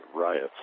riots